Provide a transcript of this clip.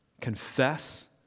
confess